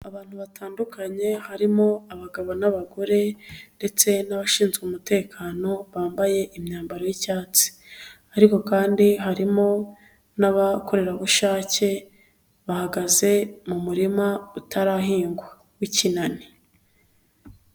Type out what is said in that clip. Abantu batandukanye harimo abagabo n'abagore ndetse n'abashinzwe umutekano bambaye imyambaro y'icyatsi, ariko kandi harimo n'abakorerabushake bahagaze mu murima utarahingwa w'ikinani.